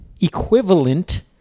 equivalent